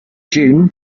june